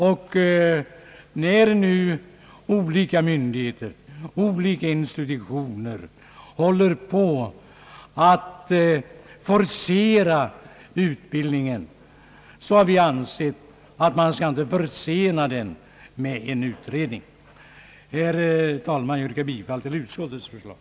När nu olika myndigheter och institutioner håller på att forcera utbildningen, har vi ansett att man inte skall försena den med en utredning. Herr talman! Jag yrkar bifall till utskottets förslag.